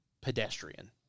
pedestrian